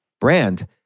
brand